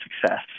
success